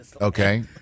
Okay